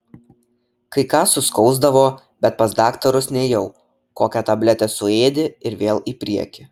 kai ką suskausdavo bet pas daktarus nėjau kokią tabletę suėdi ir vėl į priekį